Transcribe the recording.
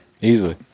Easily